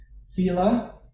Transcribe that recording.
sila